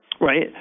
right